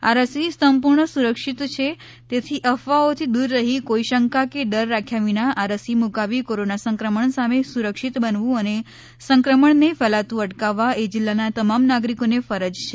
આ રસી સંપૂર્ણ સુરક્ષિત છે તેથી અફવાઓથી દુર રહી કોઈ શંકા કે ડર રાખ્યા વિના આ રસી મુકાવી કોરોના સંક્રમણ સામે સુરક્ષિત બનવું અને સંક્રમણને ફેલાતું અટકાવવું એ જિલ્લાના તમામ નાગરિકોને ફરજ છે